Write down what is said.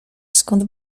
skąd